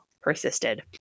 persisted